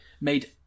Made